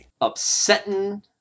upsetting